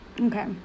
Okay